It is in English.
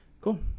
Cool